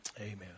Amen